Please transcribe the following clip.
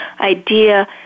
idea